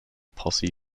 posse